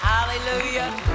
Hallelujah